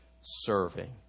serving